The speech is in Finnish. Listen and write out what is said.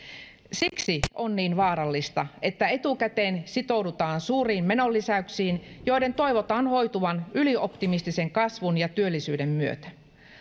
siksi on niin vaarallista että etukäteen sitoudutaan suuriin menonlisäyksiin joiden toivotaan hoituvan ylioptimistisen kasvun ja työllisyyden myötä